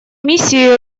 миссии